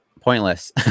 pointless